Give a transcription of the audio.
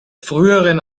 früheren